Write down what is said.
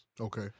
Okay